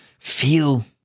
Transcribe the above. feel